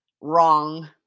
wrong